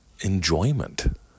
Enjoyment